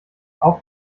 auf